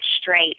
straight